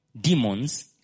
Demons